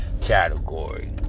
category